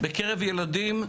בקרב ילדים,